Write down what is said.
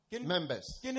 members